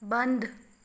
बन्द